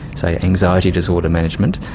say, anxiety disorder management,